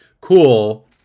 cool